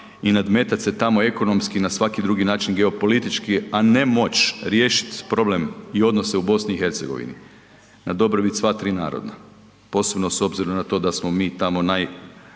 i nadmetat se tamo ekonomski i na svaki drugi način geopolitički, a ne moći riješit problem i odnose u BiH na dobrobit sva tri naroda posebno s obzirom na to da smo mi tamo najmanje